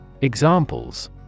Examples